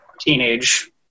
teenage